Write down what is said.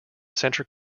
centre